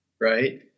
right